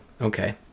Okay